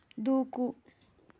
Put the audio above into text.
దూకు